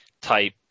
type